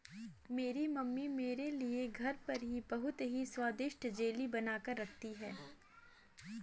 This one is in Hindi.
मेरी मम्मी मेरे लिए घर पर ही बहुत ही स्वादिष्ट जेली बनाकर रखती है